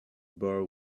bar